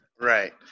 right